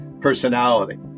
personality